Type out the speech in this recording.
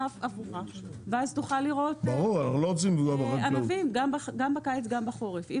הפוכה ואז תוכל לראות ענבים גם בקיץ וגם בחורף.